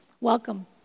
Welcome